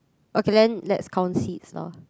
okay then let's count seeds lor